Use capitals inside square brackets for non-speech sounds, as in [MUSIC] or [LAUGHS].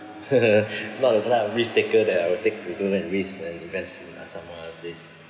[LAUGHS] not a glad risk-taker that I'll take to do and risk and invest in some more other place